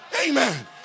Amen